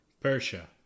Persia